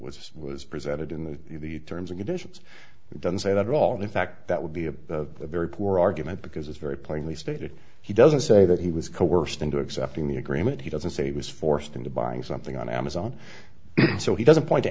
was was presented in the terms and conditions don't say that at all and in fact that would be a very poor argument because it's very plainly stated he doesn't say that he was coerced into accepting the agreement he doesn't say he was forced into buying something on amazon so he doesn't point to